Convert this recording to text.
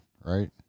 right